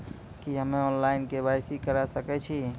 की हम्मे online, KYC करा सकैत छी?